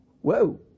whoa